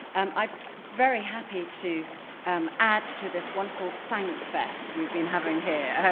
um i'm very happy to um add to this wonderful thank fest we've been having here.